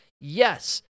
yes